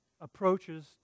approaches